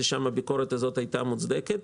ושם הביקורת הזו היתה מוצדקת,